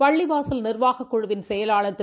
பள்ளிவாசல் நிர்வாகக் குழுவின் செயலாளர் திரு